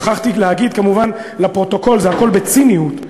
שכחתי להגיד כמובן לפרוטוקול: זה הכול בציניות,